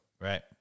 Right